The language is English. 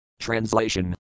Translation